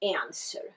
answer